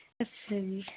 ਅੱਛਾ ਜੀ